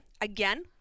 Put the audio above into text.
Again